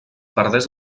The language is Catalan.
perdés